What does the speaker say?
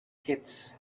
kits